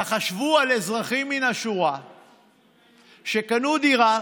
תחשבו על אזרחים מן השורה שקנו דירה,